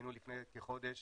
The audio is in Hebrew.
היינו לפני כחודש